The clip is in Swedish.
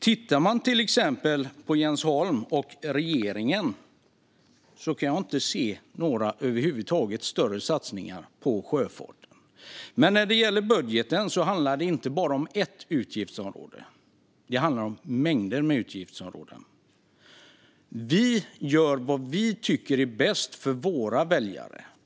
Tittar man till exempel på Jens Holms och regeringens förslag kan jag över huvud taget inte se några större satsningar på sjöfarten. När det gäller budgeten handlar det inte bara om ett utgiftsområde. Det handlar om mängder med utgiftsområden. Vi gör vad vi tycker är bäst för våra väljare.